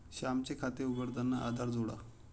श्यामचे खाते उघडताना आधार जोडा